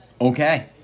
Okay